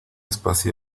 espacial